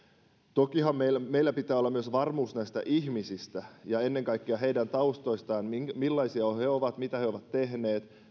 toki meillä pitää olla varmuus myös näistä ihmisistä ja ennen kaikkea heidän taustoistaan siitä millaisia he he ovat mitä he ovat tehneet